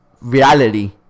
reality